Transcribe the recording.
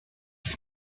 ist